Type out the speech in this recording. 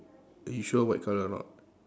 you sure white colour or not